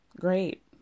Great